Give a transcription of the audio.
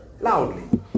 loudly